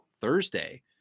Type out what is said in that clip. Thursday